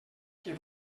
què